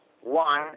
One